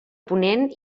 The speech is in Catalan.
ponent